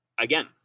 again